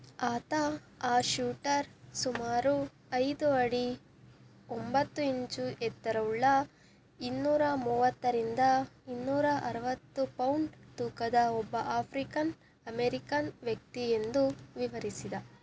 ಆತ ಆ ಶೂಟರ್ ಸುಮಾರು ಐದು ಅಡಿ ಒಂಬತ್ತು ಇಂಚು ಎತ್ತರವುಳ್ಳ ಇನ್ನೂರ ಮೂವತ್ತರಿಂದ ಇನ್ನೂರ ಅರುವತ್ತು ಪೌಂಡ್ ತೂಕದ ಒಬ್ಬ ಆಫ್ರಿಕನ್ ಅಮೇರಿಕನ್ ವ್ಯಕ್ತಿ ಎಂದು ವಿವರಿಸಿದ